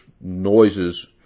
noises